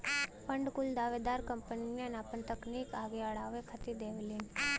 fund कुल दावेदार कंपनियन आपन तकनीक आगे अड़ावे खातिर देवलीन